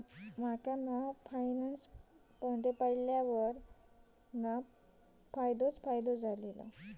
माका फायनांस पडल्यार पण फायदो झालेलो